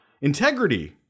Integrity